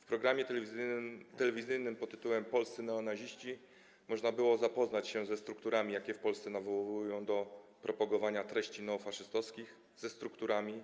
W programie telewizyjnym pt. „Polscy neonaziści” można było zapoznać się ze strukturami, jakie w Polsce nawołują do propagowania treści neofaszystowskich, ze strukturami